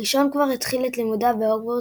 הראשון כבר התחיל את לימודיו בהוגוורטס,